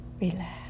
Relax